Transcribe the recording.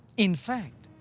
in fact,